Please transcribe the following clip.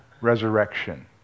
resurrection